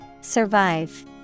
Survive